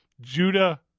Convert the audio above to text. Judah